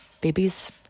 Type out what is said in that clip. babies